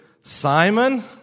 Simon